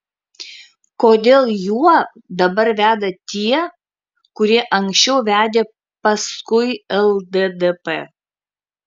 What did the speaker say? kodėl juo dabar veda tie kurie anksčiau vedė paskui lddp